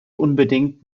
unbedingt